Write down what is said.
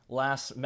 last